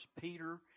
Peter